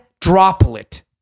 droplet